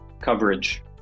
coverage